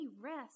rest